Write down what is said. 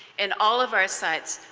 and all of our sites,